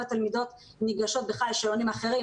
התלמידות ניגשות בכלל על שאלונים אחרים,